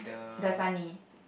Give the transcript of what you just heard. the sunny